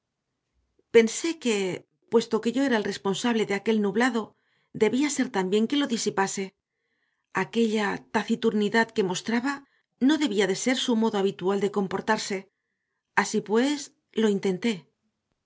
pensé que puesto que yo era el responsable de aquel nublado debía ser también quien lo disipase aquella taciturnidad que mostraba no debía de ser su modo habitual de comportarse así pues lo intenté